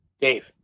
Dave